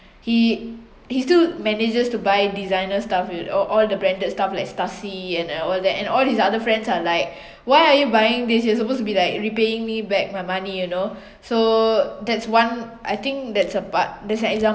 he he still manages to buy designer stuff all all the branded stuff like Stasi and all that and all his other friends are like why are you buying this you're supposed to be like repaying me back my money you know so that's one I think that's a part that's an example